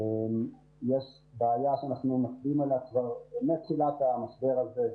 ויש בעיה שאנחנו מצביעים עליה כבר מתחילת המשבר הזה,